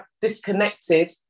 disconnected